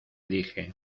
dije